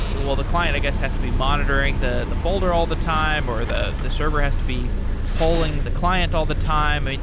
well, the client i guess has to be monitoring the the folder all the time or the the server has to be polling the client all the time. i mean,